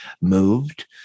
moved